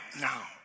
now